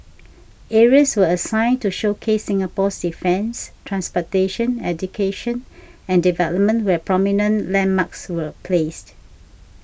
areas were assigned to showcase Singapore's defence transportation education and development where prominent landmarks were placed